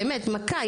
באמת מכה,